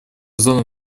зона